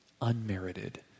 Unmerited